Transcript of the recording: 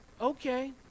okay